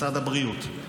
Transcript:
משרד הבריאות,